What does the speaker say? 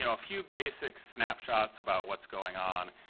you know a few basic snapshots about what's going on.